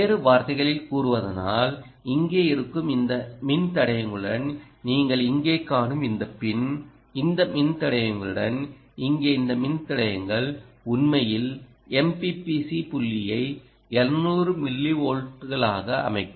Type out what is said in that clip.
வேறு வார்த்தைகளில் கூறுவதானால் இங்கே இருக்கும் இந்த மின்தடையங்களுடன் நீங்கள் இங்கே காணும் இந்த பின் இந்த மின்தடையங்களுடன் இங்கே இந்த மின்தடையங்கள் உண்மையில் MPPC புள்ளியை 700 மில்லிவோல்ட்களாக அமைக்கும்